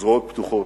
בזרועות פתוחות.